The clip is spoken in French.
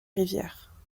rivière